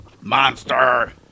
Monster